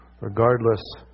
regardless